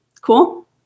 Cool